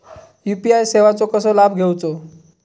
UPI सेवाचो कसो लाभ घेवचो?